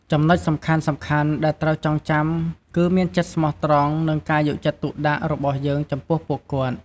ចំណុចសំខាន់ៗដែលត្រូវចងចាំ គឺមានចិត្តស្មោះត្រង់ និងការយកចិត្តទុកដាក់របស់យើងចំពោះពួកគាត់។